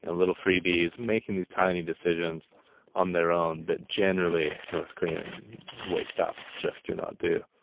and little freebies making these tiny decisions on their own that generally north korean waitstaff just do not do.